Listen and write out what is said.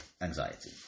Anxiety